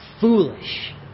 foolish